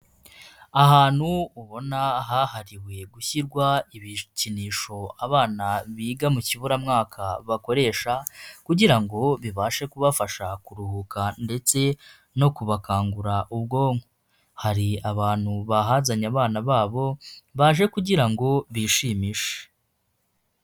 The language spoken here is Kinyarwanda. Ahantu ubona hahariwe gushyirwa ibikinisho abana biga mu kiburamwaka bakoresha kugira ngo bibashe kubafasha kuruhuka ndetse no kubakangura ubwonk. Hari abantu bahazanye abana babo baje kugira ngo bishimishe.